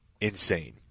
insane